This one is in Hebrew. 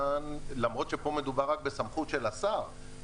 למרות שפה מדובר רק בסמכות של השר,